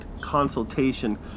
consultation